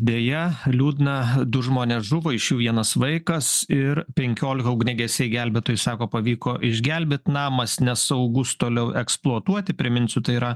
deja liūdna du žmonės žuvo iš jų vienas vaikas ir penkiolika ugniagesiai gelbėtojai sako pavyko išgelbėt namas nesaugus toliau eksploatuoti priminsiu tai yra